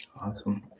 Awesome